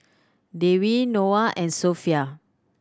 Dewi Noah and Sofea